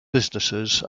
businesses